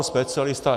Specialista...